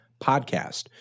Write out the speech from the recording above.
podcast